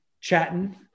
chatting